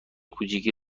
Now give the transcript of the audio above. کوچیکی